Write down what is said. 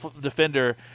defender